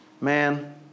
Man